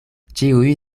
ĉiuj